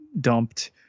dumped